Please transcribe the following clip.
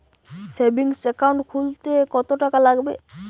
Savings account খুলতে কতটাকা লাগবে?